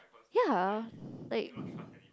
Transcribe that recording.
yeah like